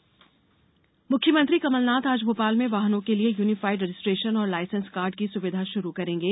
कमलनाथ मुख्यमंत्री कमल नाथ आज भोपाल में वाहनों के लिये यूनिफाइड रजिस्ट्रेशन और लायसेंस कार्ड की सुविधा शुरू करेंगे